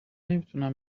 نمیتونم